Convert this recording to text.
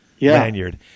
lanyard